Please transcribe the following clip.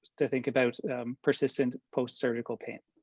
to think about persistent post-surgical pain.